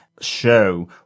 show